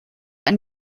ein